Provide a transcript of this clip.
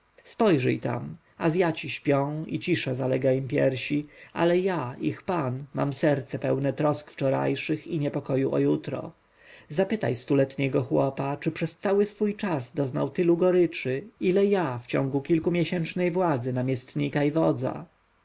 spojrzyj tam azjaci śpią i cisza zalega ich piersi ale ja ich pan mam serce pełne trosk wczorajszych i niepokoju o jutro zapytaj stuletniego chłopa czy przez cały swój czas doznał tylu goryczy ile ja w ciągu kilkumiesięcznej władzy namiestnika i wodza